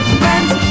friends